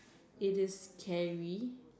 it is scary